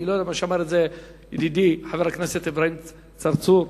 כמו שאמר ידידי חבר הכנסת אברהים צרצור.